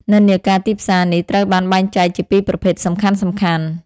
និន្នាការទីផ្សារនេះត្រូវបានបែងចែកជាពីរប្រភេទសំខាន់ៗ។